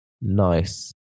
Nice